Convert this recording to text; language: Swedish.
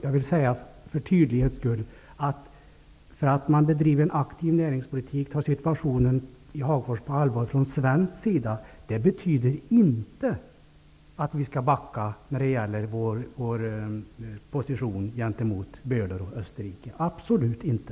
Jag vill för tydlighetens skull också säga att det förhållandet att man bedriver en aktiv näringspolitik och tar situationen i Hagfors på allvar från svensk sida inte betyder att vi skall backa i vår position gentemot Böhler och Österrike -- absolut inte.